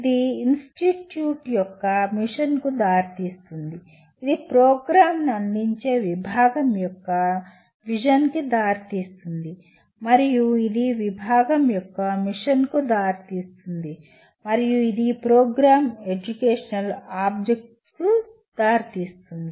ఇది ఇన్స్టిట్యూట్ యొక్క మిషన్కు దారితీస్తుంది ఇది ప్రోగ్రాంను అందించే విభాగం యొక్క విషన్ కి దారితీస్తుంది మరియు ఇది విభాగం యొక్క మిషన్కు దారితీస్తుంది మరియు ఇది ప్రోగ్రామ్ ఎడ్యుకేషనల్ ఆబ్జెక్టివ్స్కు దారితీస్తుంది